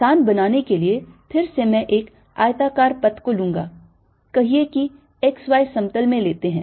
आसान बनाने के लिए फिर से मैं एक आयताकार पथ को लूंगा कहिए कि x y समतल में लेते हैं